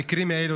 המקרים האלה,